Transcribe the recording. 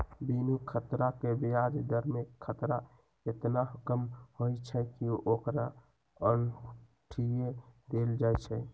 बिनु खतरा के ब्याज दर में खतरा एतना कम होइ छइ कि ओकरा अंठिय देल जाइ छइ